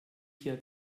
vier